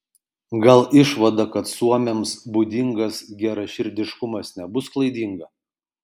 gal išvada kad suomiams būdingas geraširdiškumas nebus klaidinga